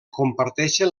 comparteixen